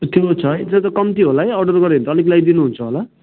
त्यो छ है त्यो त कम्ती होला है अर्डर गऱ्यो भने त अलिक ल्याइदिनु हुन्छ होला